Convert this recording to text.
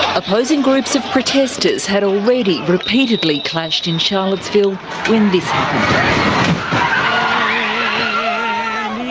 opposing groups of protesters had already repeatedly clashed in charlottesville when this ah um